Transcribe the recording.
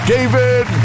David